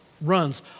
runs